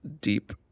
deep